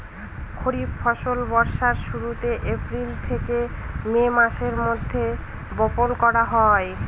খরিফ ফসল বর্ষার শুরুতে, এপ্রিল থেকে মে মাসের মধ্যে, বপন করা হয়